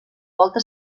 volta